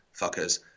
fuckers